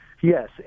Yes